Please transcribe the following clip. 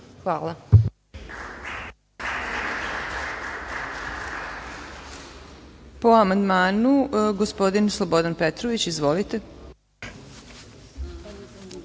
Hvala.